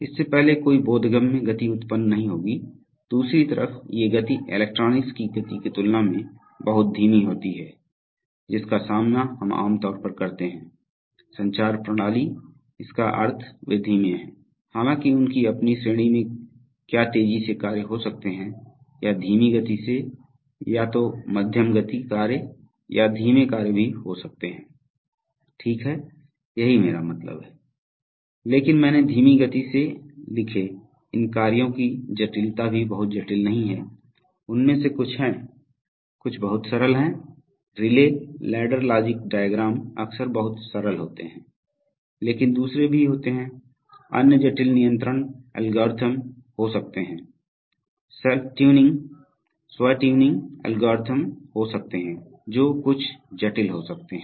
इससे पहले कोई बोधगम्य गति उत्पन्न नहीं होगी दूसरी तरफ ये गति इलेक्ट्रॉनिक्स की गति की तुलना में बहुत धीमी होती है जिसका सामना हम आमतौर पर करते हैं संचार प्रणाली इसका अर्थ वे धीमे हैं हालांकि उनकी अपनी श्रेणी में क्या तेजी से कार्य हो सकते हैं या धीमी गति से या तो मध्यम गति कार्य या धीमे कार्य भी हो सकते हैं ठीक हैयही मेरा मतलब है लेकिन मैंने धीमी गति से लिखे इन कार्यों की जटिलता भी बहुत जटिल नहीं है उनमें से कुछ हैं कुछ बहुत सरल हैं रिले लैडर लॉजिक डायग्राम अक्सर बहुत सरल होते हैं लेकिन दूसरे भी होते हैं अन्य जटिल नियंत्रण एल्गोरिदम हो सकते हैं स्व ट्यूनिंग एल्गोरिदम हो सकते हैं जो कुछ जटिल हो सकते हैं